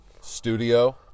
studio